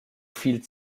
viel